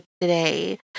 today